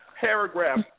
Paragraph